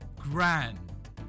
Grand